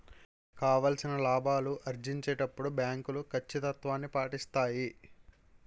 కావాల్సిన లాభాలు ఆర్జించేటప్పుడు బ్యాంకులు కచ్చితత్వాన్ని పాటిస్తాయి